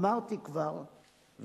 אמרתי כבר,